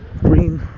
green